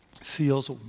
feels